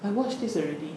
I watched this already